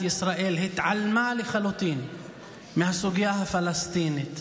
ישראל התעלמה לחלוטין מהסוגיה הפלסטינית,